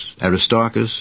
Aristarchus